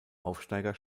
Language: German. aufsteiger